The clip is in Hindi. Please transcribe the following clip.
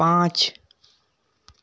पाँच